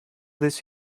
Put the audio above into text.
this